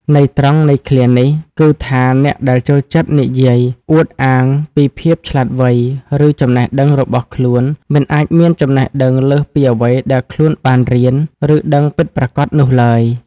ន័យត្រង់នៃឃ្លានេះគឺថា អ្នកដែលចូលចិត្តនិយាយអួតអាងពីភាពឆ្លាតវៃ ឬចំណេះដឹងរបស់ខ្លួន មិនអាចមានចំណេះដឹងលើសពីអ្វីដែលខ្លួនបានរៀន ឬដឹងពិតប្រាកដនោះឡើយ។